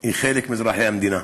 היא חלק מאזרחי המדינה.